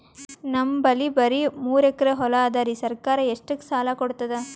ನಮ್ ಬಲ್ಲಿ ಬರಿ ಮೂರೆಕರಿ ಹೊಲಾ ಅದರಿ, ಸರ್ಕಾರ ಇಷ್ಟಕ್ಕ ಸಾಲಾ ಕೊಡತದಾ?